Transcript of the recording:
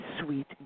Sweet